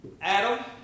Adam